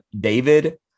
david